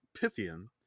Pythian